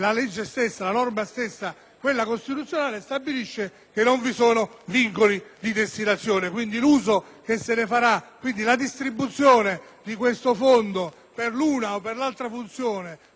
norma costituzionale ad escludere che vi siano vincoli di destinazione. Quindi, l'uso che se ne farà - e dunque la distribuzione di questo fondo per l'una o per l'altra funzione, per l'una o per l'altra competenza